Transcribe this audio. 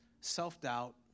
self-doubt